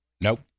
Nope